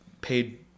paid